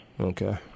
Okay